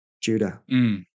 Judah